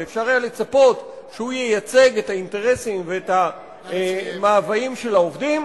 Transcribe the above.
והיה אפשר לצפות שהוא ייצג את האינטרסים ואת המאוויים של העובדים,